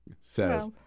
says